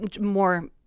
more